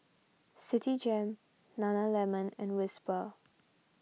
Citigem Nana Lemon and Whisper